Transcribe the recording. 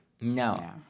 No